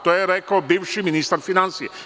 To je rekao bivši ministar finansija.